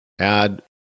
add